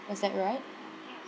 was that right